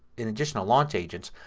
in addition to launchagents,